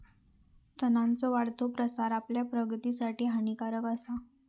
तणांचो वाढतो प्रसार आपल्या प्रगतीसाठी हानिकारक आसा